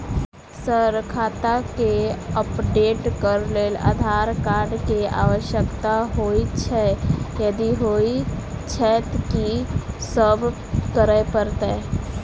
Sir खाता केँ update करऽ लेल आधार कार्ड केँ आवश्यकता होइ छैय यदि होइ छैथ की सब करैपरतैय?